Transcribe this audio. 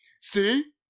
see